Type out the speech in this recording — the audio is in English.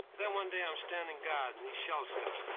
then one day i'm standing guard and these shells stuck,